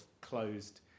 closed